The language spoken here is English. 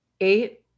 eight